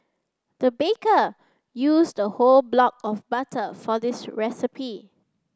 the baker used a whole block of butter for this recipe